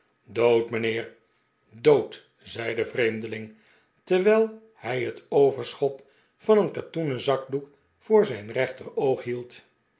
dood mijnheer dood zei de vreemdeling terwijl hij het overschot van een katoenen zakdoek voor zijn rechteroog hield